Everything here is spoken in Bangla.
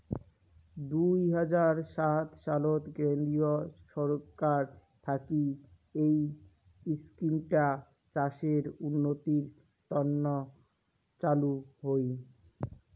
দুই হাজার সাত সালত কেন্দ্রীয় ছরকার থাকি এই ইস্কিমটা চাষের উন্নতির তন্ন চালু হই